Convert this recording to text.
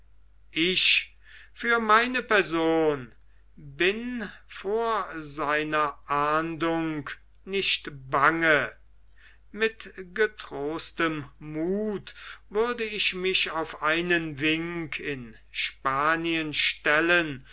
ich für meine person bin vor seiner ahndung nicht bange mit getrostem muthe würde ich mich auf seinen wink in spanien stellen